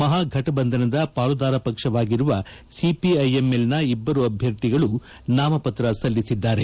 ಮಹಾಘಟಬಂಧನದ ಪಾಲುದಾರ ಪಕ್ಷವಾಗಿರುವ ಸಿಪಿಐಎಂಎಲ್ನ ಇಬ್ಬರು ಅಭ್ಯರ್ಥಿಗಳು ನಾಮಪತ್ರ ಸಲ್ಲಿಸಿದ್ದಾರೆ